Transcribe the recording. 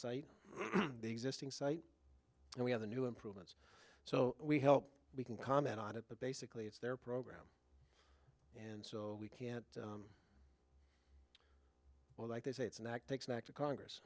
site the existing site and we have the new improvements so we help we can comment on it but basically it's their program and so we can't well like they say it's an act takes an act of congress